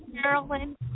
Carolyn